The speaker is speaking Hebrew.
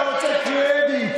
אתה רוצה קרדיט.